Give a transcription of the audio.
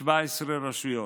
ב-17 רשויות.